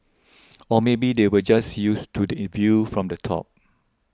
or maybe they were just used to the Yi view from the top